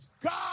God